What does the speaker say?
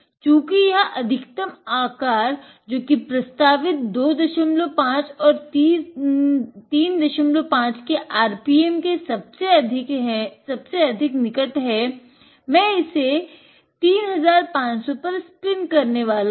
चूंकि यह अधिकतम आकर जो कि प्रस्तावित 25 और 35 k rpm के सबसे निकट है मैं इसे 3500 पर स्पिन करने वाला हूँ